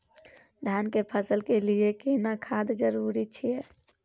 धान के फसल के लिये केना खाद जरूरी छै?